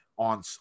on